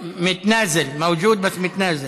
מווג'וד, אבל מתנאזל,